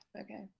Okay